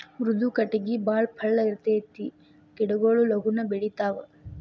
ಮೃದು ಕಟಗಿ ಬಾಳ ಪಳ್ಳ ಇರತತಿ ಗಿಡಗೊಳು ಲಗುನ ಬೆಳಿತಾವ